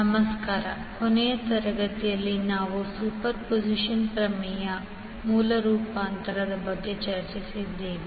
ನಮಸ್ಕಾರ ಕೊನೆಯ ತರಗತಿಯಲ್ಲಿ ನಾವು ಸೂಪರ್ಪೋಸಿಷನ್ ಪ್ರಮೇಯ ಮತ್ತು ಮೂಲ ರೂಪಾಂತರದ ಬಗ್ಗೆ ಚರ್ಚಿಸಿದ್ದೇವೆ